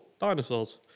Dinosaurs